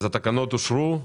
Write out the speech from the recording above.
התשפ"ב-2021 אושרו.